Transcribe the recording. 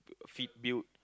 fit build